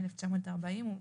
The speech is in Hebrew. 1940 ,